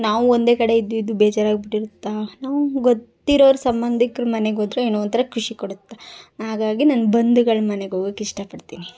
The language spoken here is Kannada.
ನಾವು ಒಂದೇ ಕಡೆ ಇದ್ದು ಇದ್ದು ಬೇಜಾರಾಗಿ ಬಿಟ್ಟಿರುತ್ತೆ ನಾವು ಗೊತ್ತಿರೋರು ಸಂಬಂಧಿಕ್ರ ಮನೆಗೋದ್ರೆ ಏನೋ ಒಂಥರ ಖುಷಿ ಕೊಡುತ್ತೆ ಹಾಗಾಗಿ ನಾನು ಬಂಧುಗಳ ಮನೆಗೋಗೋಕೆ ಇಷ್ಟ ಪಡ್ತೀನಿ